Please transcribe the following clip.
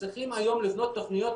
צריכים היום לבנות תוכניות,